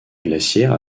glaciaire